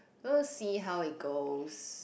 we'll see how it goes